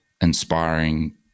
inspiring